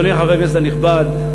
אדוני חבר הכנסת הנכבד,